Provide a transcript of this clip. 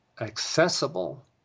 accessible